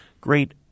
great